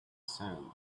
sand